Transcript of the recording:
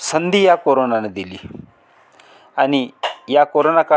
संधी या कोरोनानं दिली आनी या कोरोना काळात